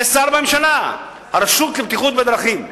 כשר בממשלה, הרשות לבטיחות בדרכים למשל,